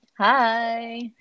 Hi